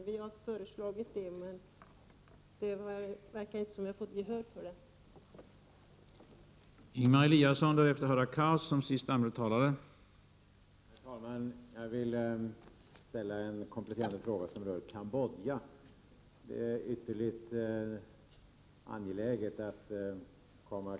Vi i miljöpartiet har föreslagit en sådan, men det verkar som om vi inte har fått gehör för förslaget.